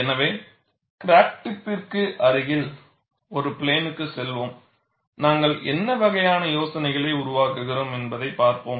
எனவே கிராக் டிப்பிற்கு அருகில் ஒரு பிளேன் க்கு செல்வோம் நாங்கள் என்ன வகையான யோசனைகளை உருவாக்குகிறோம் என்பதைப் பார்ப்போம்